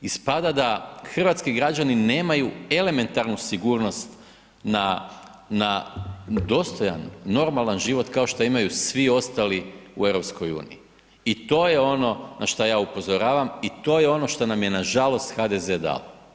Ispada da hrvatski građani nemaju elementarnu sigurnost na dostojan, normalan život, kao što imaju svi ostali u EU i to je ono na što ja upozoravam i to je ono što nam je nažalost HDZ dao.